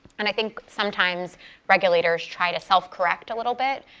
and i think sometimes regulators try to self-correct a little bit.